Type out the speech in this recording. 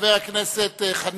חבר הכנסת דב חנין.